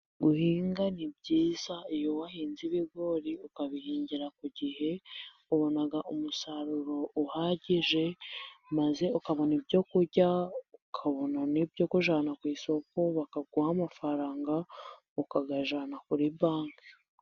Guhinga ni byiza, iyo wahinze ibigori ukabihinngira ku gihe, ubona umusaruro uhagije, maze ukabona ibyo kurya, ukabona ibyo kujyana ku isoko bakaguha amafaranga, ukayajyana kuri banki.